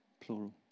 plural